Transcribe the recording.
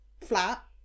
flat